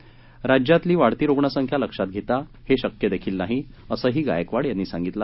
महाराष्ट्रातली वाढती रुग्णसंख्या लक्षात घेता हे शक्य देखील नाही असंही गायकवाड यांनी सांगितलं